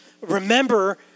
remember